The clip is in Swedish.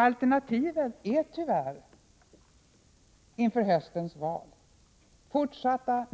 Alternativet inför höstens val är antingen fortsatta